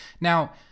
Now